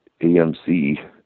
AMC